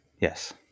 Yes